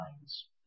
minds